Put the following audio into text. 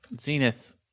Zenith